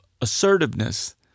assertiveness